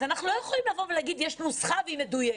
אז אנחנו לא יכולים להגיד יש נוסחה והיא מדויקת.